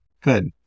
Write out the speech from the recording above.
Good